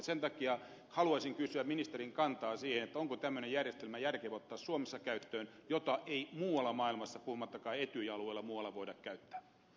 sen takia haluaisin kysyä ministerin kantaa siihen onko tämmöinen järjestelmä järkevä ottaa suomessa käyttöön jota ei muualla maailmassa edes muualla etyj alueella voida käyttää